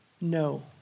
No